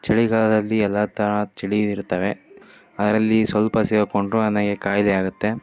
ಚಳಿಗಾಲದಲ್ಲಿ ಎಲ್ಲ ಥರ ಚಳಿ ಇರುತ್ತವೆ ಅದರಲ್ಲಿ ಸ್ವಲ್ಪ ಸಿಕಾಕ್ಕೊಂಡ್ರು ನನಗೆ ಖಾಯಿಲೆ ಆಗುತ್ತೆ